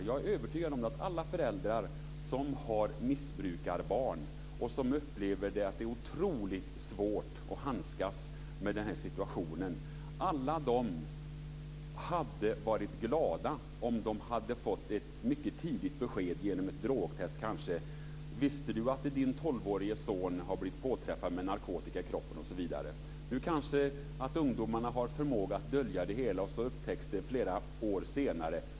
Jag är övertygad om att alla de föräldrar som har missbrukarbarn och som upplever att det är otroligt svårt att handskas med den situationen hade varit glada om de hade fått ett mycket tidigt besked genom ett drogtest, kanske av typen "visste du att din 12-årige son har blivit påträffad med narkotika i kroppen". Nu har ungdomar kanske förmåga att dölja det hela, och det upptäcks flera år senare.